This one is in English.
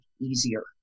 easier